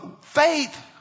faith